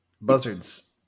Buzzards